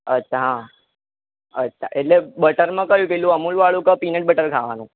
અચ્છા અચ્છા એટલે બટરમાં કયું પેલું અમૂલ વાળું કે પીનટ બટર ખાવાનું